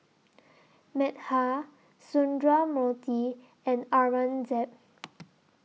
Medha Sundramoorthy and Aurangzeb